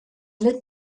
lit